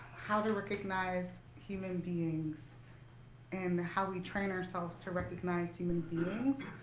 how to recognize human beings and how we train ourselves to recognize human beings.